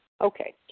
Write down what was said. Okay